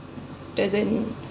doesn't